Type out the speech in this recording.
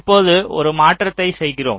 இப்போது ஒரு மாற்றத்தை செய்கிகிறோம்